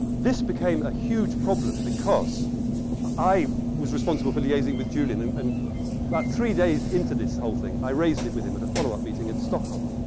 this became a huge problem because i was responsible for liaising with julian. and about three days into this whole thing, i raised it with him at a follow-up meeting in stockholm.